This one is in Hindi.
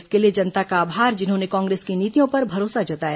इसके लिए जनता का आभार जिन्होंने कांग्रेस की नीतियों पर भरोसा जताया